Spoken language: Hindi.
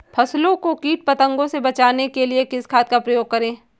फसलों को कीट पतंगों से बचाने के लिए किस खाद का प्रयोग करें?